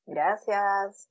Gracias